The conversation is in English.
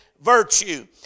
virtue